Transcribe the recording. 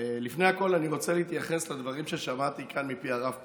לפני הכול אני רוצה להתייחס לדברים ששמעתי כאן מפי הרב פרוש,